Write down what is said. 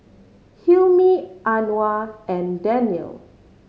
Hilmi Anuar and Daniel